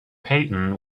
peyton